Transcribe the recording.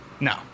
No